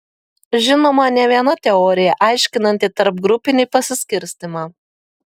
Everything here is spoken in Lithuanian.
žinoma ne viena teorija aiškinanti tarpgrupinį pasiskirstymą